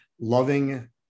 loving